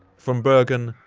from bergen,